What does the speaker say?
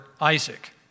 Isaac